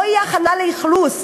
לא תהיה הכנה לאכלוס,